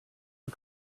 for